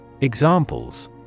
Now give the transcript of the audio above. Examples